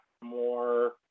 more